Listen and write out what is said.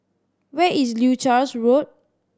where is Leuchars Road